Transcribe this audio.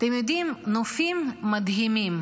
אתם יודעים, נופים מדהימים.